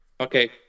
Okay